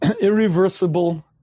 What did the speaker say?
Irreversible